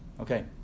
Okay